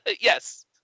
Yes